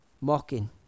mocking